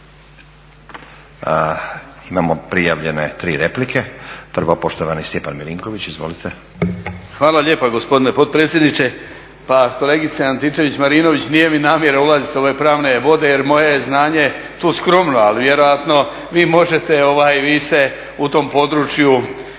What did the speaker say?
Imamo prijavljene 3 replike. Prvo poštovani Stjepan Milinković, izvolite. **Milinković, Stjepan (HDZ)** hvala lijepa gospodine potpredsjedniče. Pa kolegice Antičević-Marinović nije mi namjera ulaziti u ove pravne vode jer moje je znanje tu skromno ali vjerojatno vi možete, vi ste u tom području